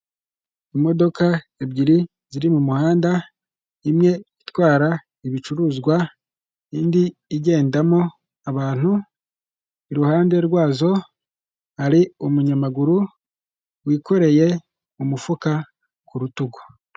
Imodoka ebyiri ziri mu muhanda, imwe itwara ibicuruzwa, indi igendamo abantu, iruhande rwazo hari umunyamaguru wikoreye umufuka ku rutugu.